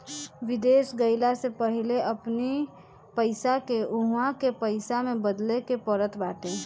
विदेश गईला से पहिले अपनी पईसा के उहवा के पईसा में बदले के पड़त बाटे